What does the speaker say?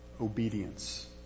obedience